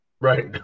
Right